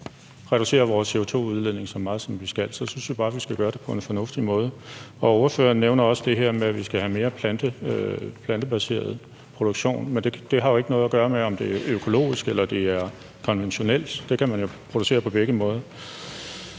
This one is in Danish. reducere vores CO2-udledning så meget, som vi skal, så skal vi skal gøre det på en fornuftig måde. Ordføreren nævner også det her med, at vi skal have mere plantebaseret produktion, men det har jo ikke noget at gøre med, om det er økologisk, eller om det er konventionelt. Det kan man jo producere på begge måder.